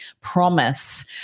promise